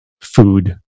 food